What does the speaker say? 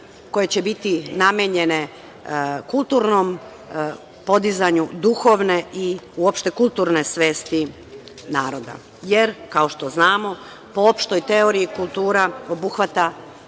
koje će biti namenjene kulturnom podizanju duhovne i uopšte kulturne svesti naroda, jer kao što znamo, po opštoj teoriji, kultura obuhvata